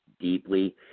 deeply